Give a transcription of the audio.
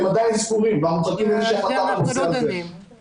הם עדיין סגורים ואנחנו מחכים לאיזה שהיא החלטה בנושא הזה.